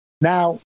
Now